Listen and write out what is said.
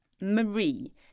Marie